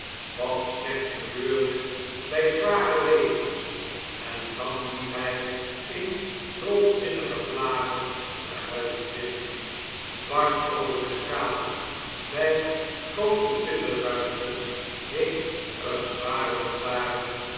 wat slechts gebeurde bjj zware regens en dan liep hn in dolzinnige vlagen de huizen binnen dwars over de straten bjj groote tusschenruimten hing er eene zware lantaren